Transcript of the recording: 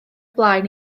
blaen